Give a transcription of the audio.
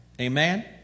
Amen